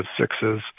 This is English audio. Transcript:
sixes